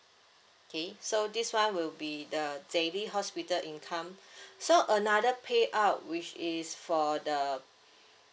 okay so this one will be the daily hospital income so another payout which is for the